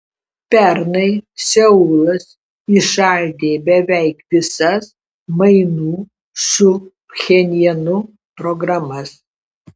pernai seulas įšaldė beveik visas mainų su pchenjanu programas